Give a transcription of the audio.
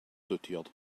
dotiert